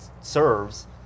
serves